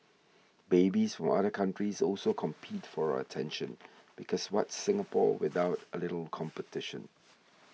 babies from other countries also compete for our attention because what's Singapore without a little competition